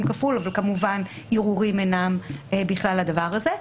כפול אבל כמובן ערעורים אינם בכלל הדבר הזה.